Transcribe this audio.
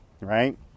right